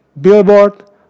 billboard